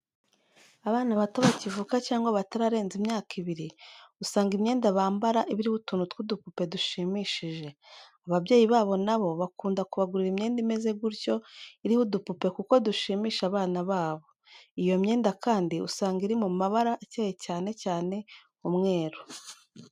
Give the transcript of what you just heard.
Abana bato bakivuka cyangwa batararenza imyaka ibiri usanga imyenda bambara iba iriho utuntu tw'udupupe dushimishije, ababyeyi babo nabo bakunda kubagurira imyenda imeze gutyo iriho udupupe kuko dushimisha abana babo. Iyo myenda kandi usanga iri mu mabara acyeye cyane cyane umweru.